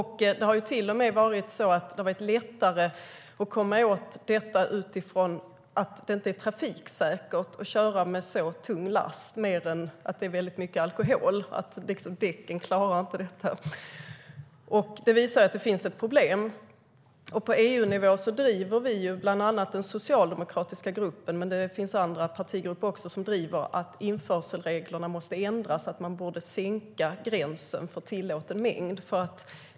Det har till och med varit lättare att komma åt det genom att slå fast att det inte är trafiksäkert att köra med så tung last snarare än att det är mycket alkohol. Däcken klarar inte tyngden. Det visar att det finns ett problem. På EU-nivå driver den socialdemokratiska gruppen och även andra partigrupper att införselreglerna måste ändras och att gränsen för tillåten mängd borde sänkas.